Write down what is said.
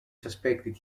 suspected